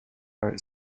are